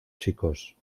chicos